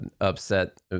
upset